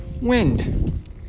wind